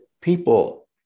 people